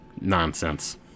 Nonsense